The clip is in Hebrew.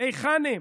היכן הן?